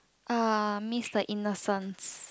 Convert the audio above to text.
uh miss the innocence